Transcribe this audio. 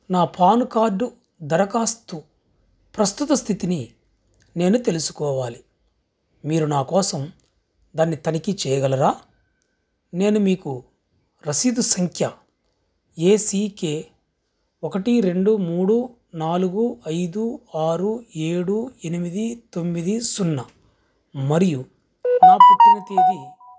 నా PAN card దరఖాస్తు ప్రస్తుత స్థితిని నేను తెలుసుకోవాలి మీరు నా కోసం దాన్ని తనిఖీ చేయగలరా నేను మీకు రసీదు సంఖ్య ఏ సీ కే ఒకటి రెండు మూడు నాలుగు ఐదు ఆరు ఏడు ఎనిమిది తొమ్మిది సున్నా మరియు నా పుట్టిన తేదీ